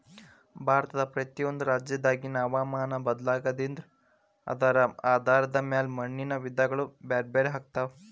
ಭಾರತದ ಪ್ರತಿಯೊಂದು ರಾಜ್ಯದಾಗಿನ ಹವಾಮಾನ ಬದಲಾಗೋದ್ರಿಂದ ಅದರ ಆಧಾರದ ಮ್ಯಾಲೆ ಮಣ್ಣಿನ ವಿಧಗಳು ಬ್ಯಾರ್ಬ್ಯಾರೇ ಆಗ್ತಾವ